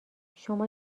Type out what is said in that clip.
شما